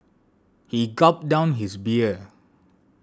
he gulped down his beer